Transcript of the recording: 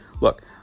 look